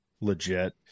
legit